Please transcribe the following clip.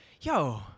yo